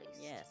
Yes